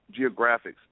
geographics